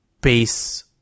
base